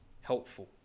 helpful